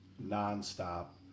non-stop